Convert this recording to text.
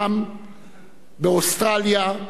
באוסטרליה, בארצות-הברית,